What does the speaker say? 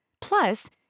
Plus